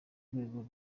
rwego